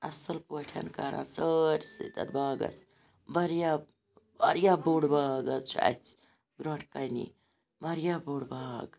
اَصل پٲٹھۍ کَران سٲرسٕے تَتھ باغَس واریاہ واریاہ بوٚڈ باغ حظ چھُ اَسہِ برونٛٹھ کَنہِ واریاہ بوٚڈ باغ